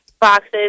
boxes